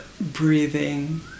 breathing